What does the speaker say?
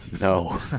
No